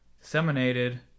disseminated